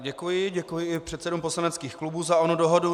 Děkuji, děkuji i předsedům poslaneckých klubů za onu dohodu.